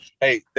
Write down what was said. hey